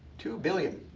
two billion.